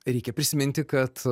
reikia prisiminti kad